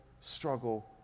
struggle